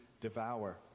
devour